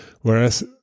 whereas